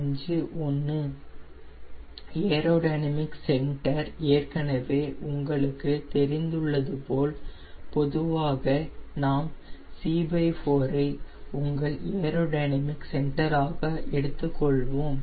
051 aerodynamic centre ஏற்கனவே உங்களுக்கு தெரிந்துள்ளது போல் பொதுவாக நாம் c4 ஐ உங்கள் ஏரோடைனமிக் சென்டர் ஆக எடுத்துக் கொள்வோம்